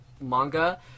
manga